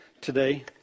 today